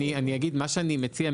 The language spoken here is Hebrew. מה שאני מציע,